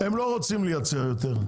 -- מחר הם לא רוצים לייצר יותר,